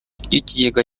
ry’ikigega